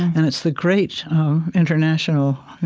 and it's the great international,